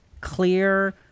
clear